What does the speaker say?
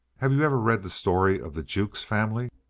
have you ever read the story of the jukes family?